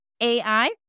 AI